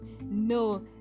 no